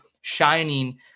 shining